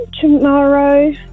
tomorrow